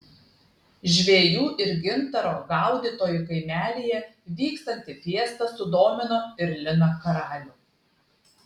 žvejų ir gintaro gaudytojų kaimelyje vykstanti fiesta sudomino ir liną karalių